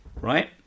Right